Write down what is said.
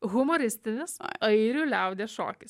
humoristinis airių liaudies šokis